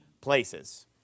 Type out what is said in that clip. places